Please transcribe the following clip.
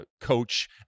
coach